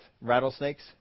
rattlesnakes